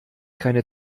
keine